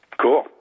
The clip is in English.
Cool